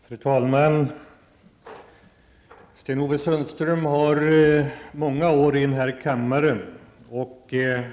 Fru talman! Sten-Ove Sundström har många år i denna kammare.